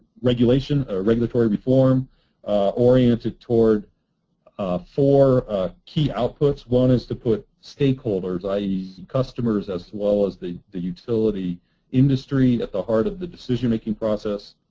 regulatory and ah regulatory reform oriented toward four key outputs. one is to put stakeholders, i e. customers as well as the the utility industry at the heart of the decision making process,